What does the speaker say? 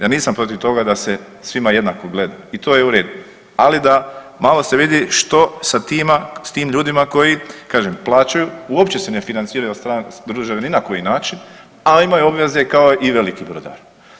Ja nisam protiv toga da se svima jednako gleda i to je u redu, ali da malo se vidi što sa tima, s tim ljudima koji kažem plaćaju uopće se financiraju od strane države ni na koji način, a imaju obveze kao i veliki brodari.